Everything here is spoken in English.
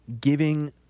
giving